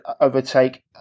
overtake